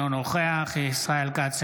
נוכח ישראל כץ,